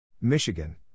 Michigan